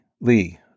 Lee